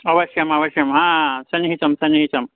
अवश्यम् अवश्यं हा सन्निहितं सन्निहितम्